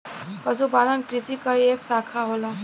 पशुपालन कृषि क ही एक साखा होला